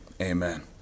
Amen